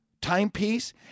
timepiece